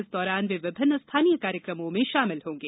इस दौरान वे विभिन्न स्थानीय कार्यक्रमों में शामिल होंगे